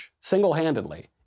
single-handedly